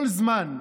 כל זמן,